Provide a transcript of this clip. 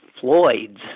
Floyd's